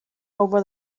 over